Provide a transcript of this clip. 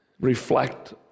reflect